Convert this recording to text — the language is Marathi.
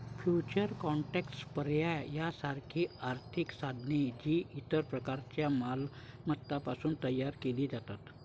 फ्युचर्स कॉन्ट्रॅक्ट्स, पर्याय यासारखी आर्थिक साधने, जी इतर प्रकारच्या मालमत्तांपासून तयार केली जातात